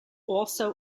also